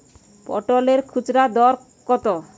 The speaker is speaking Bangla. পটলের খুচরা দর কত?